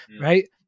Right